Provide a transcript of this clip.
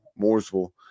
Mooresville